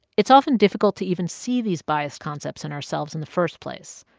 it's often difficult to even see these biased concepts in ourselves in the first place.